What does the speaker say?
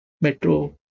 metro